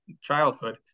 childhood